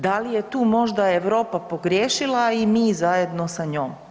Da li je tu možda Europa pogriješila i mi zajedno sa njom?